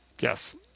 Yes